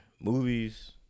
Movies